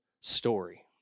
story